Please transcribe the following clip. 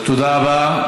תודה רבה.